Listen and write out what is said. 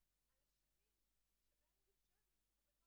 לעומת חלק מהאנשים שיושבים כאן שלא